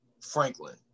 Franklin